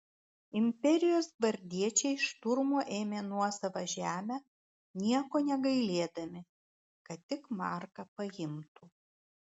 imperijos gvardiečiai šturmu ėmė nuosavą žemę nieko negailėdami kad tik marką paimtų